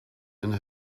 and